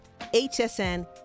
HSN